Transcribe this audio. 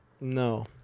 No